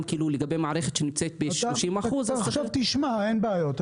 לגבי מערכת שנמצאת ב-30% אז צריך --- אין בעיות,